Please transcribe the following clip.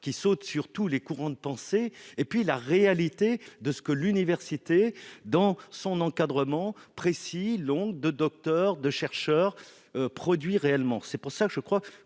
qui saute sur tous les courants de pensée et puis la réalité de ce que l'université dans son encadrement précis longue de docteurs de chercheurs produit réellement, c'est pour ça que je crois